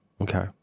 Okay